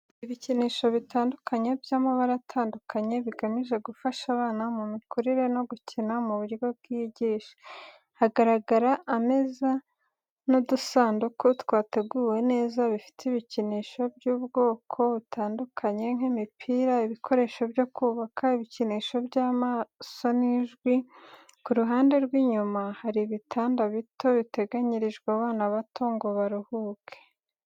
Hari ibikinisho bitandukanye by’amabara atandukanye, bigamije gufasha abana mu mikurire no gukina mu buryo bwigisha. Hagaragara ameza n’udusanduku twateguwe neza, bifite ibikinisho by’ubwoko butandukanye nk’imipira, ibikoresho byo kubaka, ibikinisho by’amaso, n’ijwi. Ku ruhande rw’inyuma hari ibitanda bito biteganyirijwe abana bato ngo baruhuke.